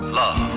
love